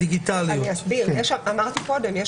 אמרתי קודם.